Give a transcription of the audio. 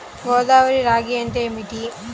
గోదావరి రాగి అంటే ఏమిటి?